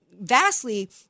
vastly